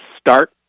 start